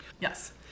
Yes